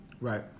Right